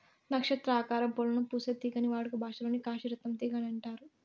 నక్షత్ర ఆకారం పూలను పూసే తీగని వాడుక భాషలో కాశీ రత్నం తీగ అని అంటారు